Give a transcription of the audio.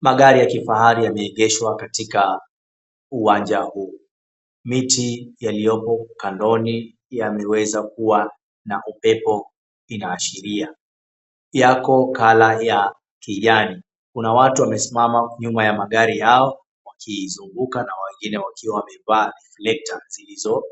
Magari ya kifahari yameegeshwa katika uwanja huu. Miti yaliyopo kandoni yameweza kuwa na upepo inaashiria. Yako color ya kijani. Kuna watu wamesimama nyuma ya magari hao wakiizunguka na wengine wakiwa wamevaa reflector zilizo